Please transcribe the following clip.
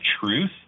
truth